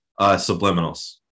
Subliminals